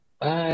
Bye